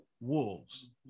wolves